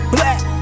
Black